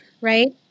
right